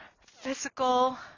physical